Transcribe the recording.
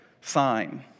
sign